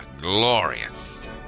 Glorious